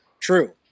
True